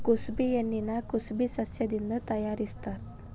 ಕುಸಬಿ ಎಣ್ಣಿನಾ ಕುಸಬೆ ಸಸ್ಯದಿಂದ ತಯಾರಿಸತ್ತಾರ